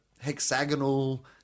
hexagonal